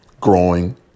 growing